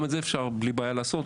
גם את זה אפשר בלי בעיה לעשות,